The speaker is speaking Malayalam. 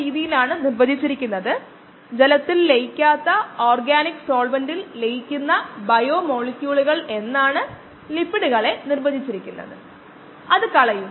2ph ലുമാണ് ബാച്ച് സാഹചര്യങ്ങളിൽ ഇനിപ്പറയുന്ന കയ്നെറ്റിക്സ് ഡാറ്റ ലഭിച്ചു